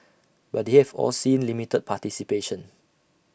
but they have all seen limited participation